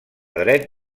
dret